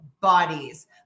bodies